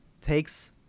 takes